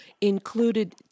included